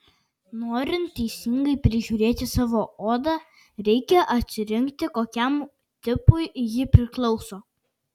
norint teisingai prižiūrėti savo odą reikia atsirinkti kokiam tipui ji priklauso